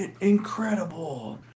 incredible